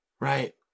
right